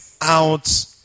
out